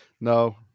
No